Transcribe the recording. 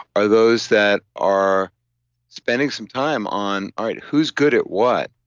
are those that are spending some time on all right, who's good at what?